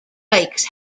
dikes